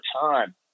time